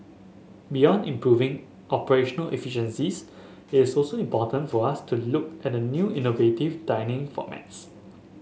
beyond improving operational efficiencies it is also important for us to look at new innovative dining formats